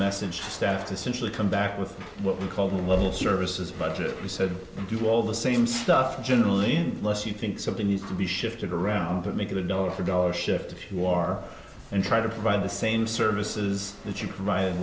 message staff to essentially come back with what we call the little services budget we said and do all the same stuff generally less you think something needs to be shifted around to make it a dollar for dollar shift if you are and try to provide the same services that you provided